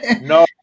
No